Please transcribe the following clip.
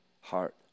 heart